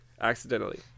accidentally